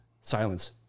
silence